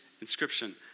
inscription